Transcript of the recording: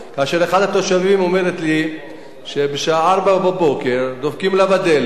כאשר אחת התושבים אומרת לי שבשעה 04:00 דופקים לה בדלת